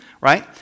right